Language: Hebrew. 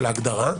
של ההגדרה: